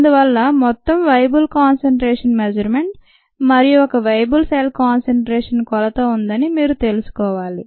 అందువల్ల మొత్తం viable concentration measurement మరియు ఒక వేయబుల్ సెల్ కాన్సెన్ట్రేషన్ కొలత ఉందని మీరు తెలుసుకోవాలి